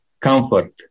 comfort